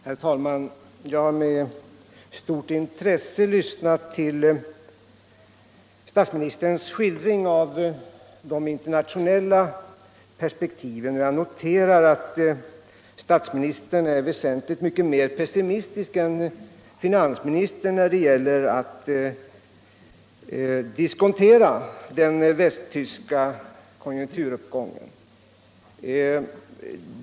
Herr talman! Jag har med stort intresse lyssnat till statsministerns skildring av de internationella perspektiven, och jag noterar att statsministern är väsentligt mycket mer pessimistisk än finansministern när det gäller att diskontera t.ex. den västtyska konjunkturuppgången.